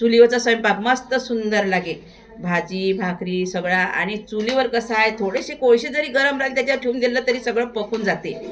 चुलीवरचा स्वयंपाक मस्त सुंदर लागे भाजी भाकरी सगळां आणि चुलीवर कसं आहे थोडेशे कोळसे जरी गरम राहून त्याच्यावर ठेवून दिलं तरी सगळं पकून जाते